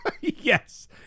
Yes